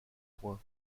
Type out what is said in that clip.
point